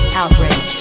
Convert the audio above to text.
outrage